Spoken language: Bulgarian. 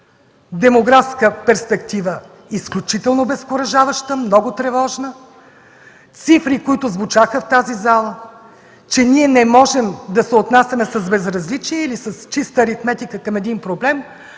Демографска перспектива – изключително обезкуражаваща, много тревожна, цифри, които звучаха в тази зала – че ние не можем да се отнасяме с безразличие или с чиста аритметика към проблем,